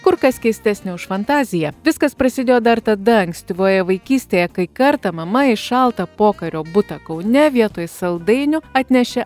kur kas keistesnė už fantaziją viskas prasidėjo dar tada ankstyvoje vaikystėje kai kartą mama į šaltą pokario butą kaune vietoj saldainių atnešė